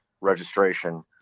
registration